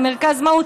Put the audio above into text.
למרכז מהו"ת.